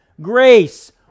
Grace